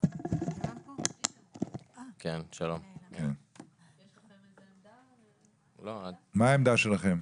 מה העמדה שלכם?